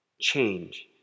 change